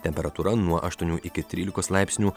temperatūra nuo aštuonių iki trylikos laipsnių